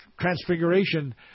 transfiguration